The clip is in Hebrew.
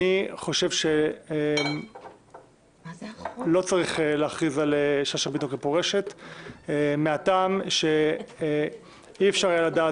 אני חושב שלא צריך להכריז על שאשא ביטון כפורשת מהטעם שאי-אפשר היה לדעת